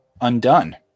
undone